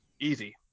Easy